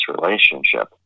relationship